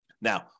Now